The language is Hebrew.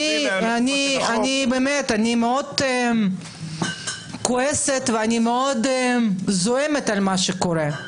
אני מאוד כועסת ואני מאוד זועמת על מה שקורה,